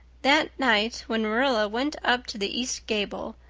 that night, when marilla went up to the east gable,